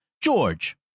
George